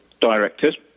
director's